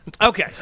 Okay